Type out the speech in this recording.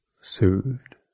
soothed